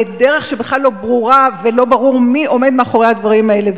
לדרך שבכלל לא ברורה ולא ברור מי עומד מאחורי הדברים האלה.